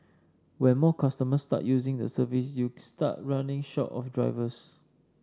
when more customers start using the service you start running short of drivers